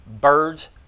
birds